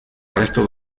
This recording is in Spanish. arresto